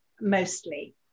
mostly